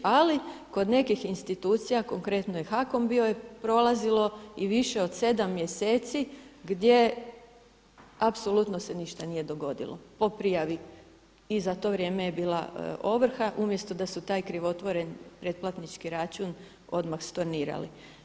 Ali kod nekih institucija, konkretno HAKOM je bio prolazilo i više od sedam mjeseci gdje apsolutno se ništa nije dogodilo po prijavi i za to vrijeme je bila ovrha umjesto da su taj krivotvoren pretplatnički računa odmah stornirali.